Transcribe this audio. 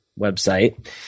website